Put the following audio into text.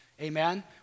amen